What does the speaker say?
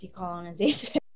decolonization